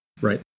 Right